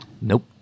nope